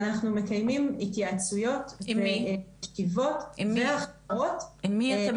ואנחנו מקיימים התייעצויות, עם מי אתם